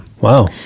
Wow